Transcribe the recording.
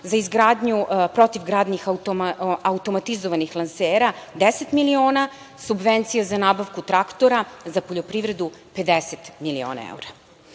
za izgradnju protiv-gradnih automatizovanih lansera 10 miliona evra, subvencije za nabavku traktora za poljoprivredu 50 miliona evra. Ovaj